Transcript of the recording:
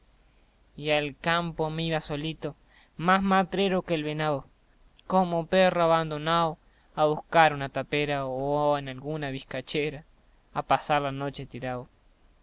y al campo me iba solito más matrero que el venao como perro abandonao a buscar una tapera o en alguna vizcachera pasar la noche tirao